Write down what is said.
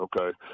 okay